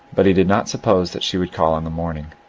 but he did not suppose that she would call in the morning.